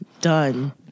done